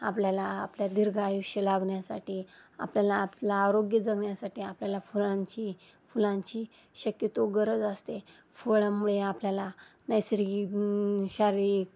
आपल्याला आपल्या दीर्घ आयुष्य लाभण्यासाठी आपल्याला आपला आरोग्य जगण्यासाठी आपल्याला फळांची फुलांची शक्यतो गरज असते फळांमुळे आपल्याला नैसर्गिक शारीरिक